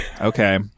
okay